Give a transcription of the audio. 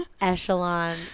echelon